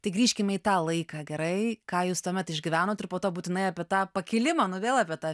tai grįžkime į tą laiką gerai ką jūs tuomet išgyvenot ir po to būtinai apie tą pakilimą nu vėl apie tą